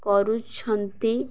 କରୁଛନ୍ତି